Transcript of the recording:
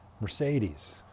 Mercedes